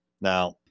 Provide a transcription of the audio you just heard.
Now